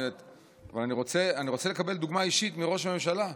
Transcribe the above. אבל אני רוצה לקבל דוגמה אישית מראש הממשלה,